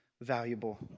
valuable